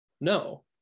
No